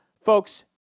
Folks